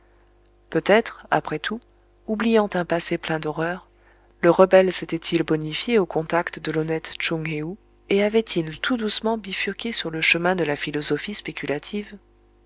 peut-être après tout oubliant un passé plein d'horreur le rebelle s'était-il bonifié au contact de l'honnête tchoung héou et avait-il tout doucement bifurqué sur le chemin de la philosophie spéculative